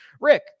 Rick